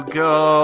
go